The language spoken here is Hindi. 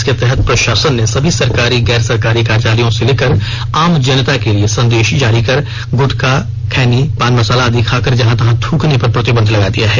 इसके तहत प्रशासन ने सभी सरकारी गैर सरकारी कार्यालयों से लेकर आम जनता के लिए संदेश जारी कर गुटखा खैनी पान मसाला आदि खाकर जहां तहां थ्रकने पर प्रतिबंध लगा दिया है